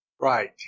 Right